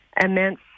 immense